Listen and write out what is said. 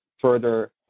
further